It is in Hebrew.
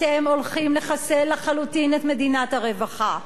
אתם הולכים לחסל לחלוטין את מדינת הרווחה.